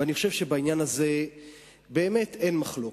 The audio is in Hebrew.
ואני חושב שבעניין הזה באמת אין מחלוקת.